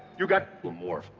you got one more.